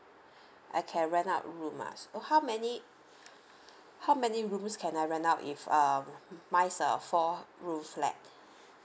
I can rent out room ah so how many how many rooms can I rent out if um mine uh four room flat